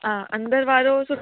हा अंदरु वारो सुठो